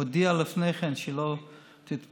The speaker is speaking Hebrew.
הודיעה לפני כן שהיא לא תתמוך.